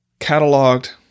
cataloged